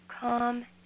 calm